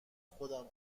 خودم